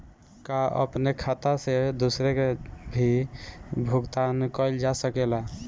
का अपने खाता से दूसरे के भी भुगतान कइल जा सके ला?